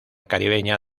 caribeña